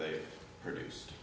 they produce